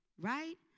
right